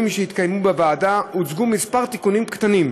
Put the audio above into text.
שהתקיימו בוועדה הוצעו כמה תיקונים קטנים,